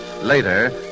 Later